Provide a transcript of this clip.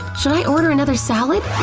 should i order another salad?